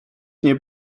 nie